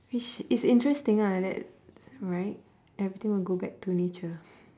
which is interesting ah that right everything will go back to nature